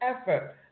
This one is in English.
effort